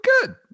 good